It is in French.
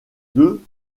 deux